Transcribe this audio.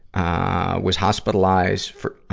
ah, was hospitalized for, ah,